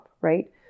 right